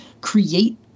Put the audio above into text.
create